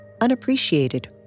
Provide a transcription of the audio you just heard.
unappreciated